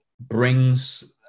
brings